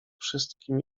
wszystkim